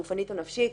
גופנית או נפשית".